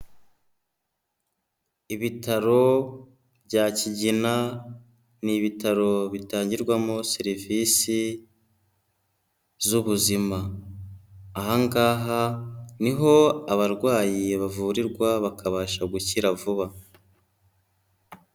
Ibitaro bya Kigina ni ibitaro bitangirwamo serivisi z'ubuzima, aha ngaha niho abarwayi bavurirwa bakabasha gukira vuba.